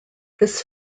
this